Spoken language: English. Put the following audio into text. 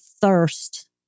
thirst